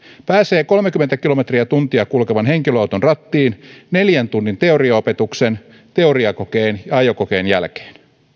pääsee kolmekymmentä kilometriä tunnissa kulkevan henkilöauton rattiin neljän tunnin teoriaopetuksen teoriakokeen ja ajokokeen jälkeen